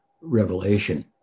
revelation